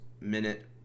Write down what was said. minute